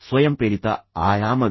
ಸ್ವಯಂಪ್ರೇರಿತ ಆಯಾಮವೇನು